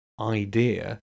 idea